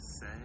say